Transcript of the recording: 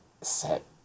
set